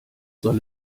soll